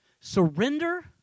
Surrender